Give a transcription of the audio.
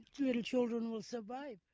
little children will survive.